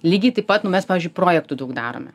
lygiai taip pat nu mes pavyzdžiui projektų daug darome